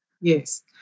yes